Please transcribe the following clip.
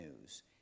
news